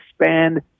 expand